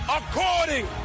according